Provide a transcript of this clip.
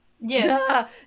Yes